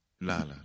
Lala